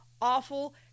awful